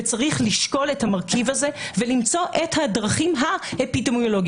צריך לשקול את המרכיב הזה ולמצוא את הדרכים האפידמיולוגיות,